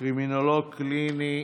קרימינולוג קליני),